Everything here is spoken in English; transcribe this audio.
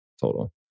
total